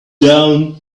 down